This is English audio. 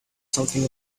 something